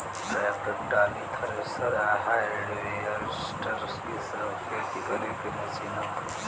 tractor, trolley, thresher आ harvester इ सब खेती करे के मशीन ह